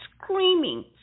screaming